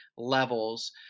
levels